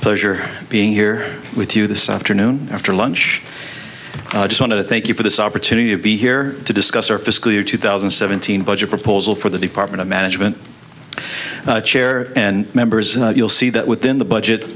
pleasure being here with you this afternoon after lunch i just want to thank you for this opportunity to be here to discuss our fiscal year two thousand and seventeen budget proposal for the department of management chair and members and you'll see that within the budget